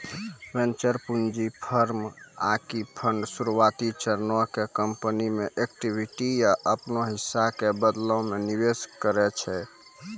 venture पूंजी firm आकि fund शुरुआती चरण के कंपनी मे इक्विटी या अपनो हिस्सा के बदला मे निवेश करै छै